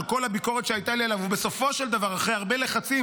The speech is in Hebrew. על כל הביקורת שהייתה לי עליו ובסופו של דבר אחרי הרבה לחצים,